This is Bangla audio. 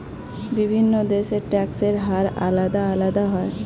বিভিন্ন দেশের ট্যাক্সের হার আলাদা আলাদা হয়